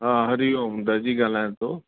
हा हरि ओम दर्जी ॻाल्हायां थो